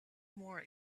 more